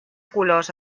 colors